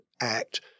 act